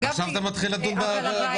עכשיו אתה מתחיל לדון בוועדה.